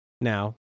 Now